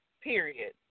period